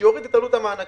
שיוריד את עלות המענקים.